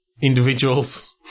individuals